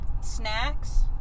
snacks